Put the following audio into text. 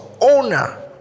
owner